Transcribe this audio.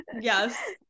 yes